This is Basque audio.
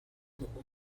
dugu